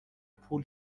پول